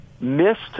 missed